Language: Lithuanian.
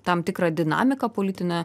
tam tikrą dinamiką politinę